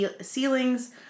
ceilings